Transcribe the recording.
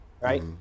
right